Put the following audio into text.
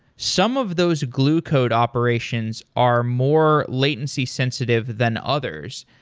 some of those glue code operations are more latency-sensitive than others.